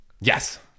Yes